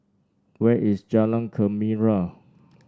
where is Jalan Gembira